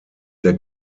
der